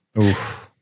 oof